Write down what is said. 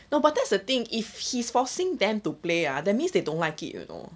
no but that's the thing if he's forcing them to play ah that means they don't like it you know